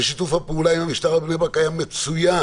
ושיתוף הפעולה עם המשטרה בבני ברק היה מצוין.